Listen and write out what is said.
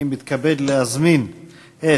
אני מתכבד להזמין את